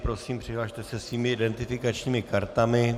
Prosím, přihlaste se svými identifikačními kartami.